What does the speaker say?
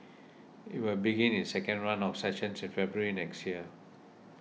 it will begin its second run of sessions in February next year